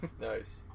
Nice